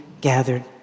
gathered